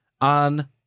on